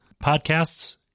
podcasts